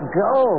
go